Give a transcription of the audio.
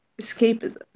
escapism